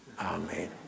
Amen